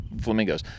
flamingos